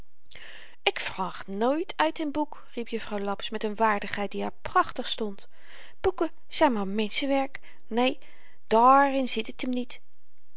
ik vraag nooit uit n boek riep juffrouw laps met n waardigheid die haar prachtig stond boeken zyn maar menschenwerk neen dààrin zit het hem niet